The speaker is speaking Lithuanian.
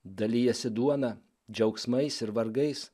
dalijasi duona džiaugsmais ir vargais